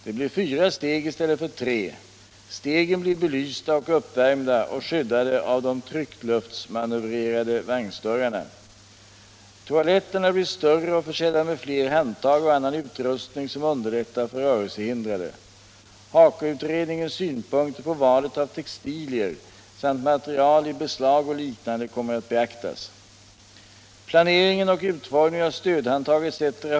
Det blir fyra steg i stället för tre, och stegen blir belysta och uppvärmda och skyddade av de tryckluftsmanövrerade vagnsdörrarna. Toaletterna blir större och försedda med fler handtag och annan utrustning som underlättar för rörelsehindrade. HAKO-utredningens synpunkter på valet av textilier samt material i beslag och liknande kommer att beaktas. Placeringen och utformningen av stödhandtag etc.